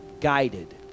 guided